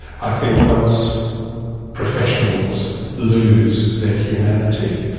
i think once professionals lose their humanity